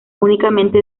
únicamente